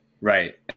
Right